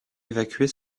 évacuée